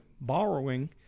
borrowing